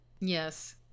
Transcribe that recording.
Yes